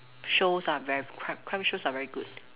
shows are very crime crime shows are very good